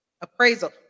appraisal